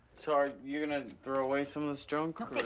sorry, you're gonna throw away some of this junk